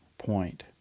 point